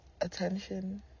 attention